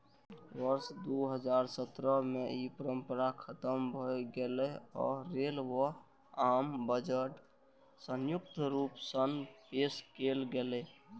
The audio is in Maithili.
वर्ष दू हजार सत्रह मे ई परंपरा खतम भए गेलै आ रेल व आम बजट संयुक्त रूप सं पेश कैल गेलै